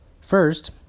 First